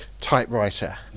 typewriter